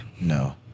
No